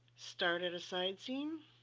start at a side seam,